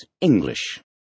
English